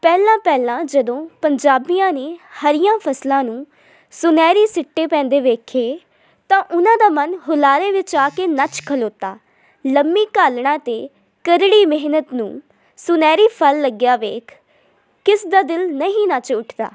ਪਹਿਲਾਂ ਪਹਿਲਾਂ ਜਦੋਂ ਪੰਜਾਬੀਆਂ ਨੇ ਹਰੀਆਂ ਫਸਲਾਂ ਨੂੰ ਸੁਨਹਿਰੀ ਸਿੱਟੇ ਪੈਂਦੇ ਵੇਖੇ ਤਾਂ ਉਹਨਾਂ ਦਾ ਮਨ ਹੁਲਾਰੇ ਵਿੱਚ ਆ ਕੇ ਨੱਚ ਖਲੋਤਾ ਲੰਮੀ ਘਾਲਣਾ ਅਤੇ ਕਰੜੀ ਮਿਹਨਤ ਨੂੰ ਸੁਨਹਿਰੀ ਫਲ ਲੱਗਿਆ ਵੇਖ ਕਿਸ ਦਾ ਦਿਲ ਨਹੀਂ ਨਹੀਂ ਨੱਚ ਉਠਦਾ